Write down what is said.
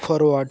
forward